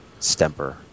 Stemper